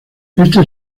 este